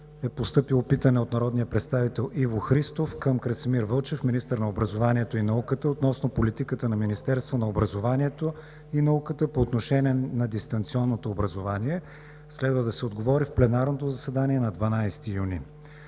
г. Постъпило е питане от народния представител Иво Христов към Красимир Вълчев – министър на образованието и науката, относно политиката на Министерството на образованието и науката по отношение на дистанционното образование. Следва да се отговори в пленарното заседание на 12 юни